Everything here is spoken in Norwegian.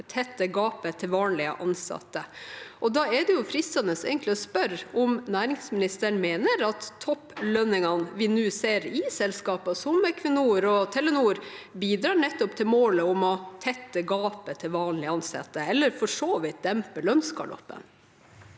tette gapet til vanlige ansatte. Da er det jo fristende å spørre om næringsministeren mener at topplønningene vi nå ser i selskaper som Equinor og Telenor, bidrar til målet om å tette gapet til vanlig ansatte, eller for så vidt til å dempe lønnsgaloppen.